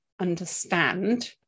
understand